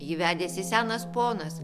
jį vedėsi senas ponas